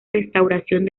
restauración